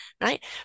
right